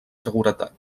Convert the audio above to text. seguretat